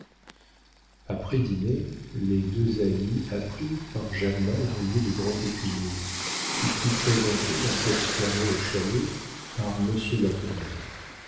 après dîner les deux amis apprirent par germain l'arrivée du grand écuyer qui fut présenté dans cette soirée au chalet par monsieur latournelle